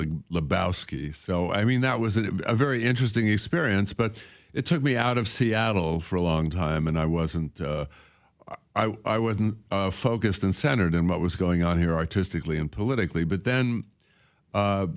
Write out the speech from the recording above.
ski so i mean that was a very interesting experience but it took me out of seattle for a long time and i wasn't i wasn't focused and centered in what was going on here artistically and politically but then